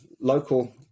local